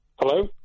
Hello